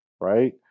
right